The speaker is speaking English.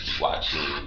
watching